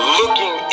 looking